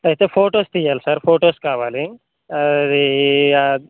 అయితే ఫొటోస్ తీయ్యాలి sir photos కావాలి అది